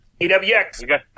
EWX